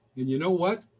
and you know what?